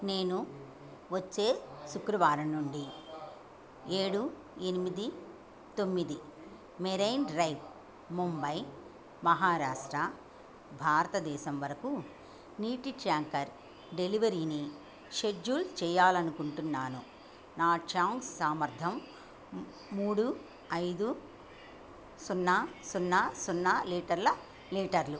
నేను వచ్చే శుక్రవారం నుండి ఏడు ఎనిమిది తొమ్మిది మెరైన్ డ్రైవ్ ముంబై మహారాష్ట్ర భారతదేశం వరకు నీటి ట్యాంకర్ డెలివరీని షెడ్యూల్ చెయ్యాలనుకుంటున్నాను నా ట్యాంక్ సామర్థ్యం మూడు ఐదు సున్నా సున్నా సున్నా లీటర్ల లీటర్లు